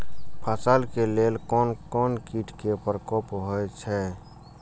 फसल के लेल कोन कोन किट के प्रकोप होयत अछि?